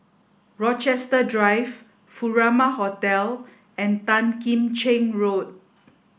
Rochester Drive Furama Hotel and Tan Kim Cheng Road